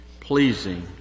pleasing